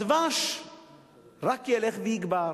הדבש רק ילך ויגבר.